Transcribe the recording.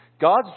God's